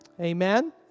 Amen